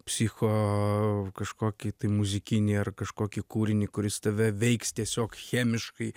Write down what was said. psicho kažkokį tai muzikinį ar kažkokį kūrinį kuris tave veiks tiesiog chemiškai